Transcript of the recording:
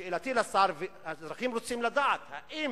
שאלתי לשר, האזרחים רוצים לדעת האם,